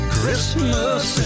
Christmas